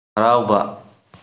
ꯍꯔꯥꯎꯕ